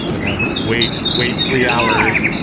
then wait wait three hours,